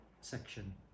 section